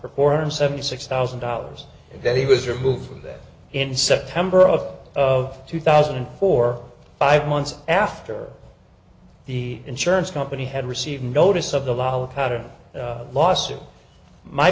for four hundred seventy six thousand dollars that he was removed from that in september of of two thousand and four five months after the insurance company had received notice of the law a pattern lawsuit my